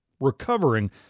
recovering